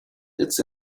its